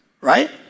right